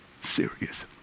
serious